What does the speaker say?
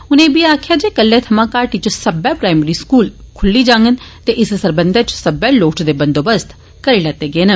उनें आखेआ जे कल्लै थमां घाटी च सब्बै प्राईमरी स्कूल खुल्ली जाङन ते इस सरबंधै च सब्बै लोड़चदे बंदोबस्त करी लैते गे न